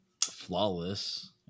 flawless